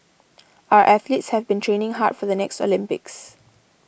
our athletes have been training hard for the next Olympics